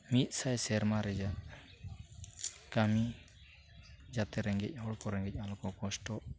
ᱢᱤᱫ ᱥᱟᱭ ᱥᱮᱨᱢᱟ ᱨᱮᱭᱟᱜ ᱠᱟᱹᱢᱤ ᱡᱟᱛᱮ ᱨᱮᱸᱜᱮᱡ ᱦᱚᱲᱠᱚ ᱨᱮᱸᱜᱮᱡ ᱟᱞᱚᱠᱚ ᱠᱚᱥᱴᱚᱜ